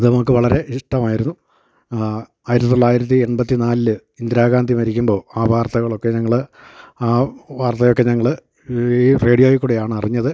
അത് നമുക്ക് വളരെ ഇഷ്ടമായിരുന്നു ആയിരത്തി തൊള്ളായിരത്തി എൺപത്തിനാലിൽ ഇന്ദിരാഗാന്ധി മരിക്കുമ്പോൾ ആ വാർത്തകളൊക്കെ ഞങ്ങൾ ആ വാർത്തയൊക്കെ ഞങ്ങൾ ഈ റേഡിയോയിൽ കൂടിയാണ് അറിഞ്ഞത്